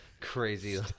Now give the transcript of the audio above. crazy